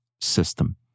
system